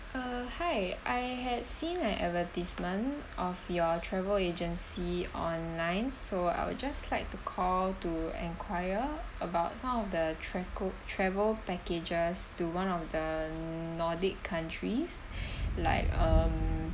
err hi I had seen an advertisement of your travel agency online so I would just like to call to enquire about some of the travel packages to one of nordic countries like um